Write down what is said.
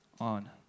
on